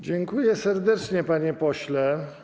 Dziękuję serdecznie, panie pośle.